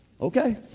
Okay